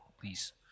Please